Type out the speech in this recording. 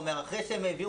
הבנות.